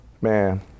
man